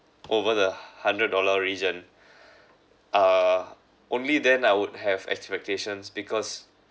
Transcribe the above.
over the hundred dollar region uh only then I would have expectations because